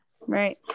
Right